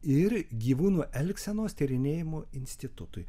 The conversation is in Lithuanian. ir gyvūnų elgsenos tyrinėjimų institutui